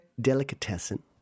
Delicatessen